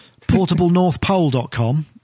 portablenorthpole.com